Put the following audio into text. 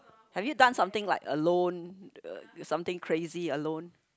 have you done something like alone uh something crazy alone